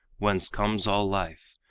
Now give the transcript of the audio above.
whence comes all life,